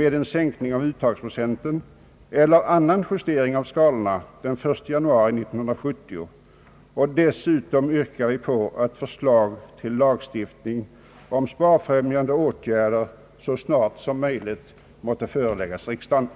en sänkning av uttagsprocenten eller annan justering av skalorna den 1 januari 1970. Desutom yrkar vi på att förslag till lagstiftning om sparfrämjande åtgärder så snart som möjligt måtte föreläggas riksdagen.